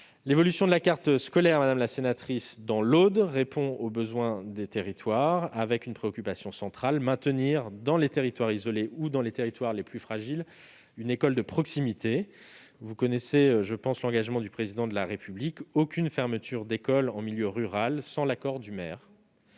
L'évolution de la carte scolaire dans l'Aude, madame la sénatrice, répond aux besoins des territoires avec une préoccupation centrale : maintenir, dans les territoires isolés ou dans les territoires les plus fragiles, une école de proximité. Vous connaissez l'engagement du Président de la République : aucune fermeture d'école en milieu rural sans l'accord du maire.